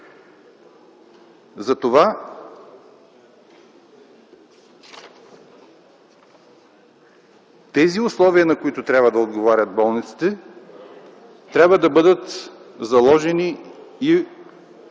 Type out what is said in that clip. Тези условия, на които трябва да отговарят болниците, трябва да бъдат заложени в съответната